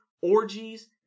orgies